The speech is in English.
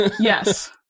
Yes